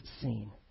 scene